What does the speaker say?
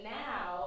now